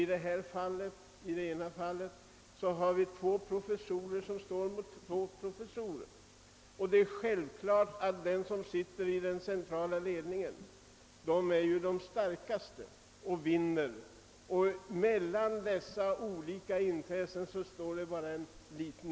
I det ena av de båda fallen står två professorer mot två andra, och de som är knutna till den centrala ledningen är naturligtvis starkast och får igenom sin uppfattning.